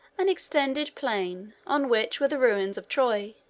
an extended plain, on which were the ruins of troy.